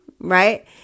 Right